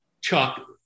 Chuck